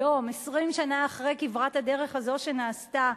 היום, 20 שנה אחרי כברת הדרך הזאת, שנעשתה,